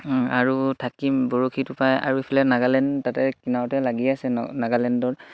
আৰু থাকি বৰশীটো পাই আৰু ইফালে নাগালেণ্ড তাতে কিণাৰতে লাগি আছে নাগালেণ্ডত